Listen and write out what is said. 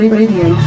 radio